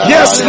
Yes